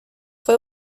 fue